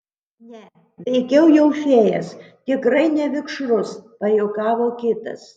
ne veikiau jau fėjas tikrai ne vikšrus pajuokavo kitas